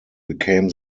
became